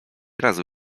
razu